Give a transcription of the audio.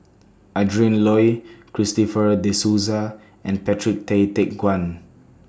Adrin Loi Christopher De Souza and Patrick Tay Teck Guan